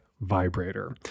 vibrator